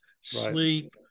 sleep